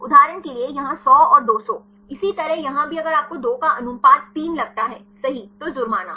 उदाहरण के लिए यहां 100 और 200 इसी तरह यहां भी अगर आपको 2 का अनुपात 3 लगता हैसही तो जुर्माना